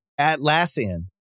Atlassian